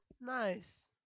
Nice